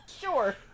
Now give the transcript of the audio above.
Sure